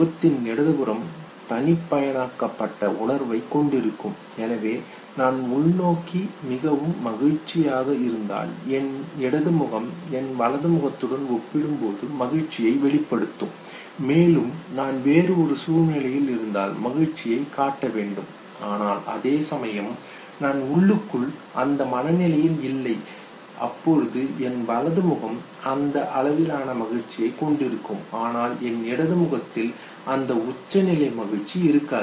முகத்தின் இடது புறம் தனிப்பயனாக்கப்பட்ட உணர்வைக் கொண்டிருக்கும் எனவே நான் உள்நோக்கி மிகவும் மகிழ்ச்சியாக இருந்தால் என் இடது முகம் என் வலது முகத்துடன் ஒப்பிடும்போது மகிழ்ச்சியைக் வெளிப்படுத்தும் மேலும் நான் வேறு ஒரு சூழ்நிலையில் இருந்தால் மகிழ்ச்சியைக் காட்ட வேண்டும் ஆனால் அதேசமயம் நான் உள்ளுக்குள் அந்த மனநிலையில் இல்லை அப்பொழுது என் வலது முகம் அந்த அளவிலான மகிழ்ச்சியைக் கொண்டிருக்கும் ஆனால் என் இடது முகத்தில் அந்த உச்சநிலை மகிழ்ச்சி இருக்காது